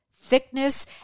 thickness